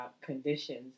conditions